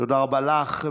תודה רבה לך.